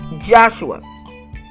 Joshua